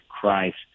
Christ